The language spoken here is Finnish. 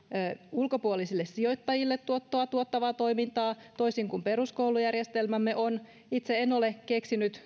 ulkopuolisille sijoittajille tuottavaa tuottavaa toimintaa toisin kuin peruskoulujärjestelmämme itse en ole keksinyt